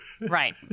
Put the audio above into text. Right